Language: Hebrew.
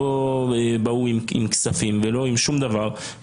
לא באו עם כספים ולא עם שום דבר.